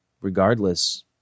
regardless